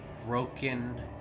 broken